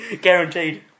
guaranteed